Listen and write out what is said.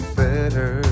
better